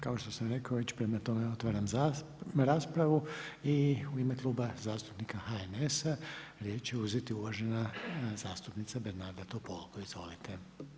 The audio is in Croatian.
Kao što sam rekao već, prema tome otvaram raspravu i u ime Kluba zastupnika HNS-a riječ će uzeti uvažena zastupnica Bernarda Topolko, izvolite.